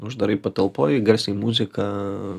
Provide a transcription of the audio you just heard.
uždarai patalpoj garsiai muziką